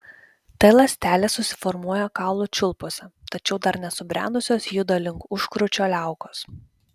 t ląstelės susiformuoja kaulų čiulpuose tačiau dar nesubrendusios juda link užkrūčio liaukos